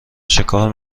چکار